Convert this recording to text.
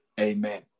Amen